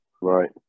Right